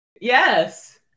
yes